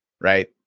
right